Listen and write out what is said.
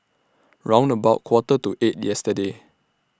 round about Quarter to eight yesterday